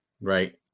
right